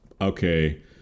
Okay